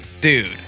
dude